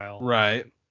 Right